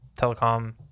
telecom